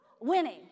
winning